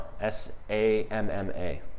s-a-m-m-a